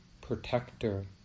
protector